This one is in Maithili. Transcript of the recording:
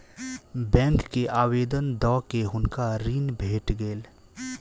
बैंक के आवेदन दअ के हुनका ऋण भेट गेल